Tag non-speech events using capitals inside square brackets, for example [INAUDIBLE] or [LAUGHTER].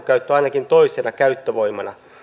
[UNINTELLIGIBLE] käyttö ainakin toisena käyttövoimana